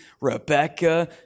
Rebecca